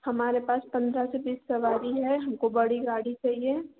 हमारे पास पंद्रह से बीस सवारी है हमको बड़ी गाड़ी चाहिए